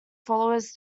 followers